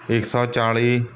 ਇੱਕ ਸੌ ਚਾਲੀ